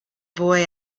boy